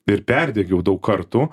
ir perdegiau daug kartų